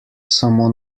samo